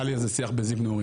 היה לי על זה שיח בזיו נעורים,